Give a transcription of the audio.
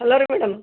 hello ರೀ madam